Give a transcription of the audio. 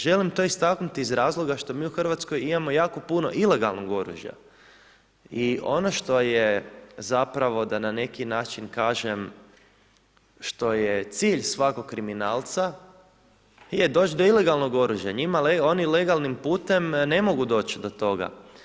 Želim to istaknuti iz razloga što mi u Hrvatskoj imamo jako puno ilegalnog oružja i ono što je zapravo da na neki način kažem što je cilj svakog kriminalca je doć do ilegalnog oružja, oni legalnim putem ne mogu doći do toga.